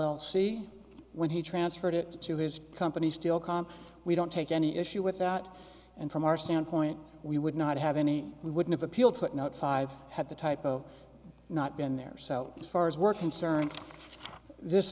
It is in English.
l c when he transferred it to his company still com we don't take any issue without and from our standpoint we would not have any we wouldn't have appealed footnote five had the typo not been there so as far as we're concerned this